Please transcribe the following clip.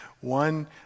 one